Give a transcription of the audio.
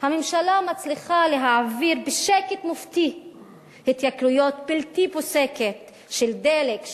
הממשלה מצליחה להעביר בשקט מופתי התייקרויות בלתי פסוקות של דלק,